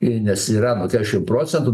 i nes yra kesšim procentų